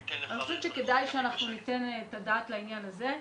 אני חושבת שכדאי שניתן את הדעת לעניין הזה.